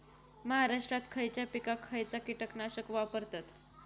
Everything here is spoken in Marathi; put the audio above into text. महाराष्ट्रात खयच्या पिकाक खयचा कीटकनाशक वापरतत?